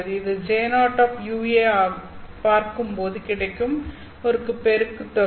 இது J0 ஐப் பார்க்கும் போது கிடைக்கும் ஒரு பெருக்குத் தொகை